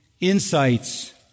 insights